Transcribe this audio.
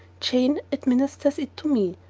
jane administers it to me,